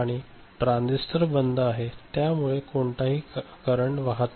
आणि हे ट्रान्झिस्टर बंद आहे त्यामुळे कोणताही करंट वाहत नाही